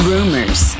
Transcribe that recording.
Rumors